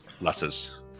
Letters